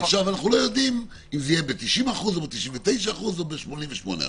אנחנו לא יודעים אם זה יהיה ב-90 אחוזים או ב-99 אחוזים או ב-88 אחוזים.